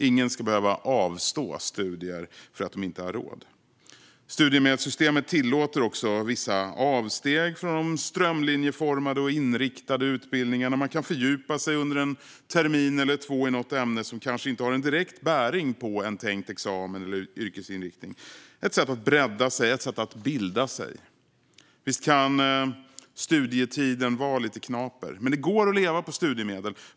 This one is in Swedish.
Ingen ska behöva avstå studier för att de inte har råd. Studiemedelssystemet tillåter också vissa avsteg från de strömlinjeformade och inriktade utbildningarna. Man kan fördjupa sig under en termin eller två i något ämne som kanske inte har direkt bäring på en tänkt examen eller en yrkesinriktning. Det är ett sätt att bredda sig och ett sätt att bilda sig. Visst kan studietiden vara lite knaper, men det går att leva på studiemedel.